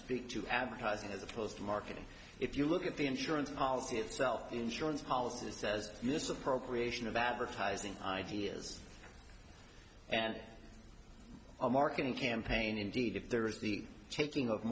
speak to advertising as opposed to marketing if you look at the insurance policy itself insurance policy it says misappropriation of advertising ideas and a marketing campaign indeed if there is the taking of